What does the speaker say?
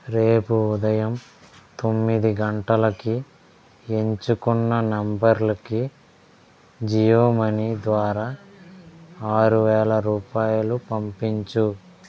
రేపు ఉదయం తొమ్మిది గంటలకి ఎంచుకున్న నంబర్లకి జియో మనీ ద్వారా ఆరువేల రూపాయలు పంపించు